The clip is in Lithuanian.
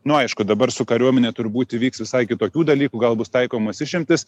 na aišku dabar su kariuomene turbūt įvyks visai kitokių dalykų gal bus taikomos išimtys